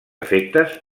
efectes